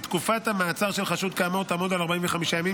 כי תקופת המעצר של חשוד כאמור תעמוד על 45 ימים,